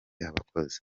abakozi